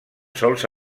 sols